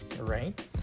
right